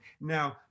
Now